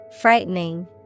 frightening